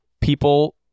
people